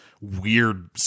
weird